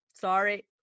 Sorry